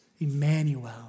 Emmanuel